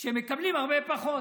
שמקבלים הרבה פחות.